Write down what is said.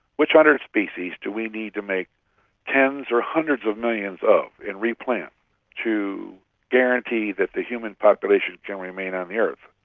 which one hundred species do we need to make tens or hundreds of millions of and replant to guarantee that the human population can remain on the earth?